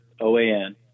OAN